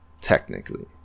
technically